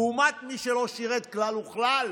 לעומת מי שלא שירת כלל וכלל